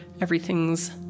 Everything's